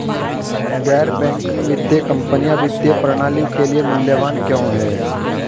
गैर बैंकिंग वित्तीय कंपनियाँ वित्तीय प्रणाली के लिए मूल्यवान क्यों हैं?